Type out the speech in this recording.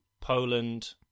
Poland